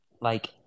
Like-